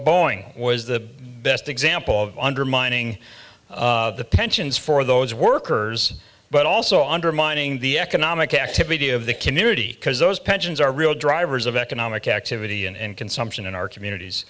boeing was the best example of undermining the pensions for those workers but also undermining the economic activity of the community because those pensions are real drivers of economic activity and consumption in our communities